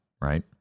right